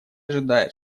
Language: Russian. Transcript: ожидает